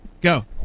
Go